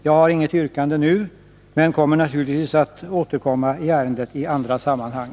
Jag har inget yrkande nu, men kommer naturligtvis att återkomma i ärendet i andra sammanhang.